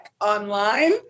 online